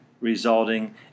resulting